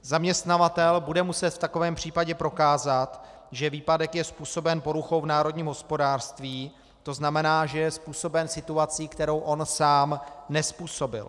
Zaměstnavatel bude muset v takovém případě prokázat, že výpadek je způsoben poruchou v národním hospodářství, tedy že je způsoben situací, kterou on sám nezpůsobil.